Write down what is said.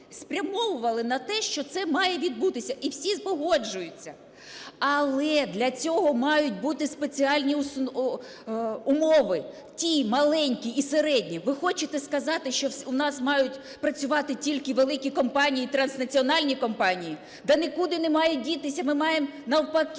спрямовували на те, що це має відбутися, і всі погоджуються. Але для цього мають бути спеціальні умови – ті, маленькі і середні. Ви хочете сказати, що у нас мають працювати тільки великі компанії, транснаціональні компанії. Та нікуди не мають дітися, ми маємо навпаки